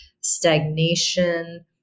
stagnation